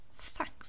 Thanks